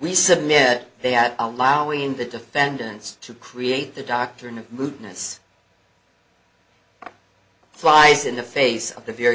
we submit they are allowing the defendants to create the doctrine of mootness flies in the face of the very